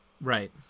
Right